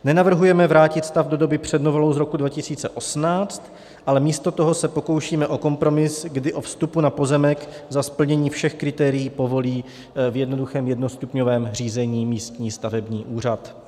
Nenavrhujeme vrátit stav do doby před novelou z roku 2018, ale místo toho se pokoušíme o kompromis, kdy vstup na pozemek za splnění všech kritérií povolí v jednoduchém jednostupňovém řízení místní stavební úřad.